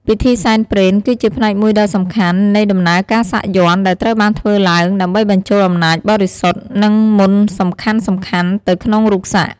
ពិធីសែនព្រេន គឺជាផ្នែកមួយដ៏សំខាន់នៃដំណើរការសាក់យ័ន្ត ដែលត្រូវបានធ្វើឡើង ដើម្បីបញ្ចូលអំណាចបរិសុទ្ធ និងមន្តសំខាន់ៗទៅក្នុងរូបសាក់។